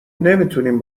نمیتونیم